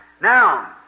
Now